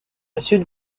sud